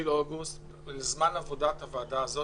זמן עבודת הוועדה הזאת.